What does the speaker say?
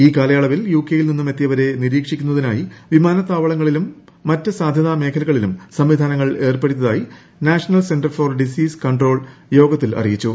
ഈ കാലയളവിൽ യുകെയിൽ നിന്ന് എത്തിയവരെ നിരീക്ഷിക്കുന്നതിനായി വിമാനത്താവളങ്ങളിലും മറ്റു സാധൃതാ മേഖലകളിലും സംവിധാനങ്ങൾ ഏർപ്പെടുത്തിയതായി national centre for disease control യോഗത്തിൽ അറിയിച്ചു